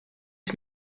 ich